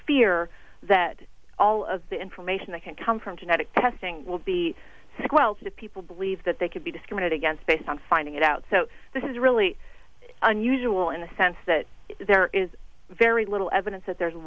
fear that all of the information that can come from genetic testing will be squelched if people believe that they could be discriminated against based on finding it out so this is really unusual in the sense that there is very little evidence that there's